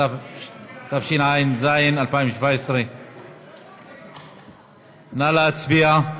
התשע"ז 2017. נא להצביע.